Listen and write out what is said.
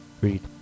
read